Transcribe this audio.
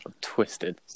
twisted